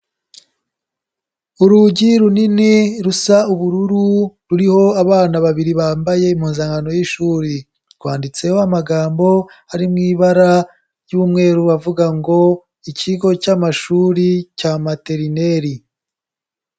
Urugi runini rusa ubururu ruriho abana babiri bambaye impuzankano y'ishuri, rwanditseho amagambo ari mu ibara ry'umweru avuga ngo ikigo cy'amashuri cya materineri.